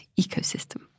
ecosystem